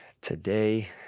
today